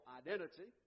identity